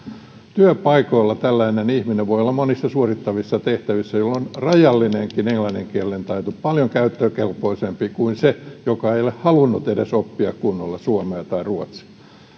työpaikoilla tällainen ihminen voi olla monissa suorittavissa tehtävissä jolloin rajallisenkin englannin kielen taidon omaava on paljon käyttökelpoisempi kuin se joka ei ole halunnut edes oppia kunnolla suomea tai ruotsia